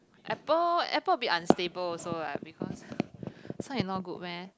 Apple Apple will be unstable also lah because this one you not good meh